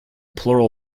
plural